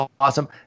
awesome